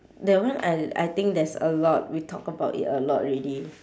that one I I think there's a lot we talk about it a lot already